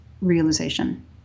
realization